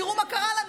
תראו מה קרה לנו,